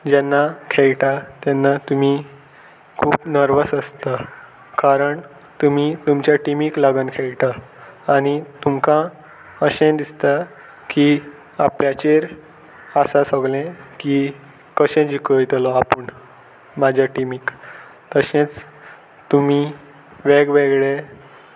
जेन्ना खेळटा तेन्ना तुमी खूब नर्वस आसता कारण तुमी तुमच्या टिमीक लागून खेळटा आनी तुमकां अशें दिसता की आपल्याचेर आसा सगलें की कशें जिकयतलो आपूण म्हाज्या टिमीक तशेंच तुमी वेगवेगळे